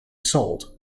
sold